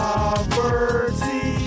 Poverty